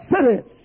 cities